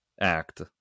act